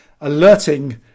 alerting